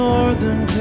Northern